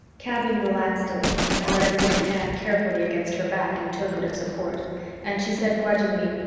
kaby relaxed a little and let him put his hand carefully against her back in token of support and she said grudgingly,